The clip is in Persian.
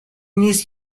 نیست